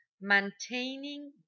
maintaining